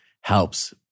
helps